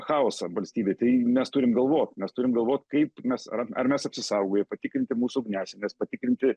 chaosą valstybėj tai mes turim galvot mes turim galvot kaip mes ar mes apsisaugoję patikrinti mūsų ugniasienes patikrinti